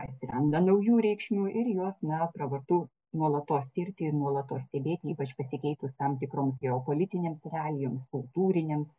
atsiranda naujų reikšmių ir juos na pravartu nuolatos tirti ir nuolatos stebėti ypač pasikeitus tam tikroms geopolitinėms realijoms kultūriniams